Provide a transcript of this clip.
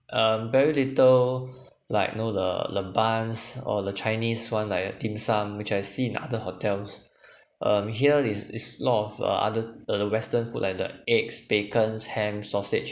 um very little like know the the buns or the chinese one like a dim sum which I seen in other hotels um here is is lot of uh other the western food like the eggs bacon ham sausage